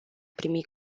primi